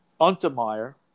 Untermeyer